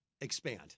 expand